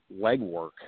legwork